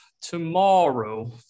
tomorrow